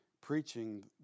preaching